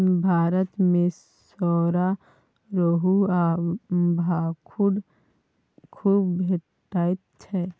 भारत मे सौरा, रोहू आ भाखुड़ खुब भेटैत छै